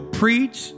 preach